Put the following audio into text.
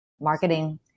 marketing